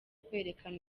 kwerekana